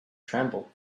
tremble